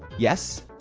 yes?